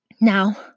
Now